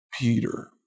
Peter